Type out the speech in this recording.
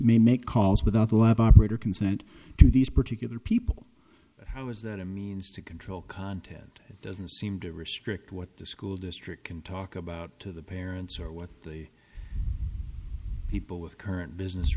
may make calls without the lab operator consent to these particular people how is that a means to control content that doesn't seem to restrict what the school district can talk about to the parents or what the people with current business